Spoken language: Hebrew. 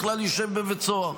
בכלל ישב בבית סוהר.